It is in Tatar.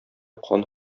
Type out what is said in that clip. кан